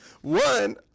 one